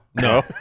No